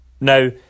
Now